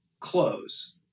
close